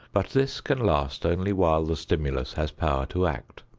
but this can last only while the stimulus has power to act.